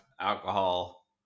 alcohol